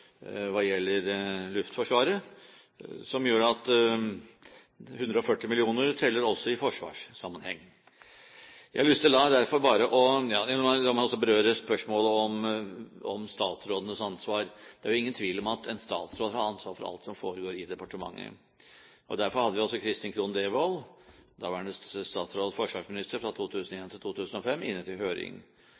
hva gjelder Luftforsvaret, som gjør at 140 mill. kr teller også i forsvarssammenheng. La meg også berøre spørsmålet om statsrådenes ansvar. Det er jo ingen tvil om at en statsråd har ansvar for alt som foregår i departementet. Derfor hadde vi også Kristin Krohn Devold, daværende forsvarsminister – fra 2001 til 2005 – inne til høring.